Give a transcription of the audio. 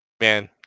man